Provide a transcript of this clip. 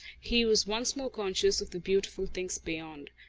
he was once more conscious of the beautiful things beyond.